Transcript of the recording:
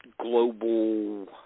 global